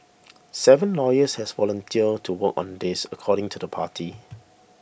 seven lawyers has volunteered to work on this according to the party